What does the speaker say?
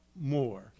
more